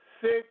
six